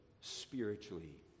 spiritually